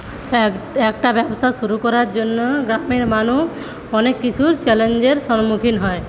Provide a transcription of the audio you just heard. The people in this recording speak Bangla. একটা ব্যবসা শুরু করার জন্য গ্রামের মানুষ অনেক কিছুর চ্যালেঞ্জের সম্মুখীন হয়